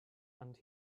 and